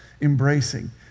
embracing